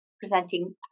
presenting